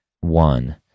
one